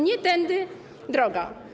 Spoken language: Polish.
Nie tędy droga.